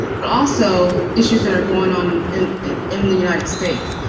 but also issues that are going on in the united states.